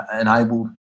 enabled